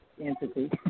entity